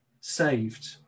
saved